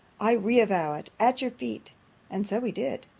i re-vow it, at your feet and so he did.